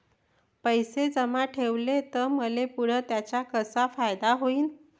पैसे जमा ठेवले त मले पुढं त्याचा कसा फायदा होईन?